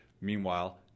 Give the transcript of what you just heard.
Meanwhile